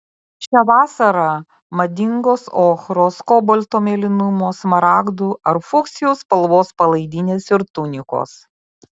šią vasarą madingos ochros kobalto mėlynumo smaragdų ar fuksijų spalvos palaidinės ir tunikos